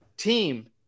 team